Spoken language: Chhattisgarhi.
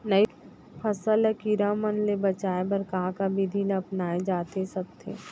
फसल ल कीड़ा मन ले बचाये बर का का विधि ल अपनाये जाथे सकथे?